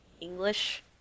english